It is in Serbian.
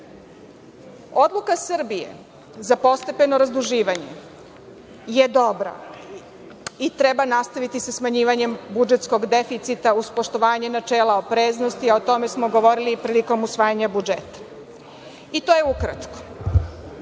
Srbije za postepeno razduživanje je dobra i treba nastaviti sa smanjivanjem budžetskog deficita uz poštovanje načela opreznosti. O tome smo govorili prilikom usvajanja budžeta, i to je ukratko. Evo